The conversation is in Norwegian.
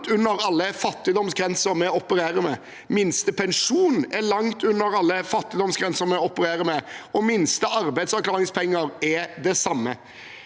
under alle fattigdomsgrenser vi opererer med. Minste pensjon er langt under alle fattigdomsgrenser vi opererer med. Minste arbeidsavklaringspenger er det samme.